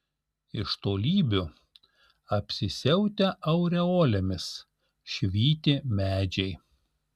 iš tolybių apsisiautę aureolėmis švyti medžiai